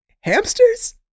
hamsters